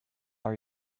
are